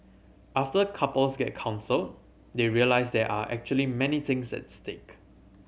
after couples get counselled they realise there are actually many things at stake